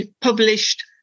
published